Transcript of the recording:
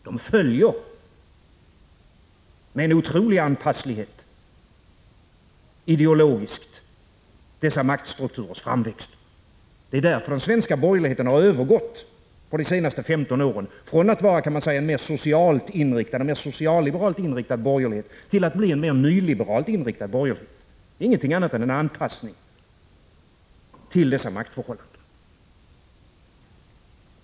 De följer med en otrolig anpasslighet ideologiskt dessa maktstrukturers framväxt. Det är därför som den svenska borgerligheten de senaste 15 åren har övergått från att vara en mer socialliberalt inriktad borgerlighet till att bli en mer nyliberalt inriktad borgerlighet. Det är ingenting annat än anpassning till dessa maktförhållanden.